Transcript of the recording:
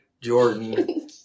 Jordan